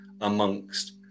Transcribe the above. amongst